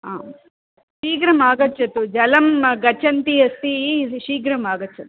आं शीघ्रमागच्छतु जलं गच्छत् अस्ति इ शीघ्रमागच्छ